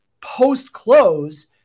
post-close